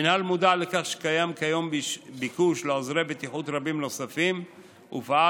המינהל מודע לכך שקיים כיום ביקוש לעוזרי בטיחות רבים נוספים ופעל